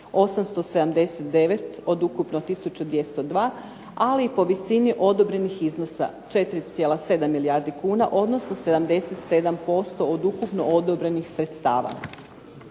879 od ukupno 1202, ali po visini odobrenih iznosa, 4,7 milijardi kuna, odnosno 77% od ukupno odobrenih sredstava.